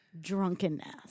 drunkenness